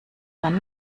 man